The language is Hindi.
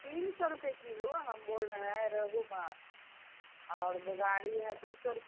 तीन सौ रुपये किलो हम बोल रहे हैं रोहू माछ और बोगाड़ी है दो सौ रुपये